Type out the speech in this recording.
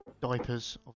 diapers